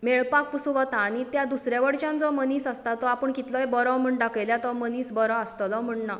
मेळपाक पसून वतात आनी त्या दुसरे वटेनच्यान जो मनीस आसता तो आपूण कितलोय बरो म्हूण दाखयल्यार तो मनीस बरो आसतलोच म्हूण ना